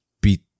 beat